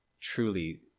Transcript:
truly